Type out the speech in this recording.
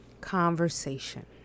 conversation